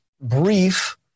brief